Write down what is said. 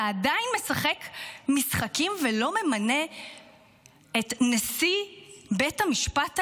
אתה עדיין משחק משחקים ולא ממנה את נשיא בית המשפט העליון?